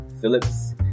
Phillips